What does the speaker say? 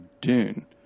Dune